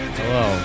Hello